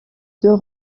deux